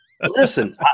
Listen